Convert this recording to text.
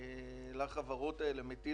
לחברות האלה,